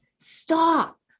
stop